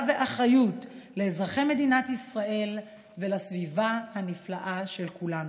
ואחריות לאזרחי מדינת ישראל ולסביבה הנפלאה של כולם.